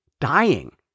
dying